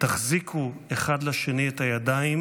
תחזיקו אחד לשני את הידיים